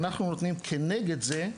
אנחנו נותנים כנגד זה,